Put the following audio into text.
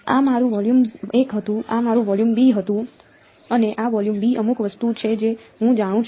આ મારું વોલ્યુમ 1 હતું આ મારું વોલ્યુમ 2 હતું અને આ વોલ્યુમ 2 અમુક વસ્તુ છે જે હું જાણું છું